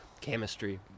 chemistry